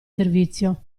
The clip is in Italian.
servizio